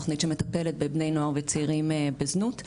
תוכנית שמטפלת בבני נוער וצעירים בזנות,